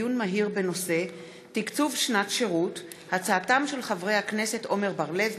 דיון מהיר בהצעתם של חברי הכנסת עמר בר-לב,